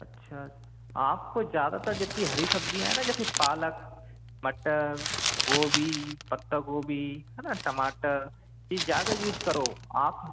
अच्छा आप को ज़्यादातर जितनी हरी सब्ज़ियाँ है ना जैसे पालक मटर गोभी पत्ता गोभी है ना टमाटर ये ज़्यादा यूज करो आप